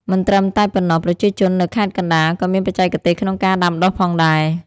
មិនត្រឹមតែប៉ុណ្ណោះ ប្រជាជននៅខេត្តកណ្ដាលក៏មានបច្ចេកទេសក្នុងការដាំដុះផងដែរ។